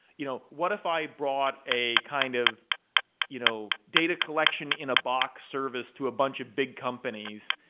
you know what if i brought a kind of you know data collection in a box service to a bunch of big companies,